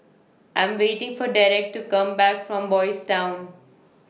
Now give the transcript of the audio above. I Am waiting For Derek to Come Back from Boys' Town